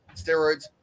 steroids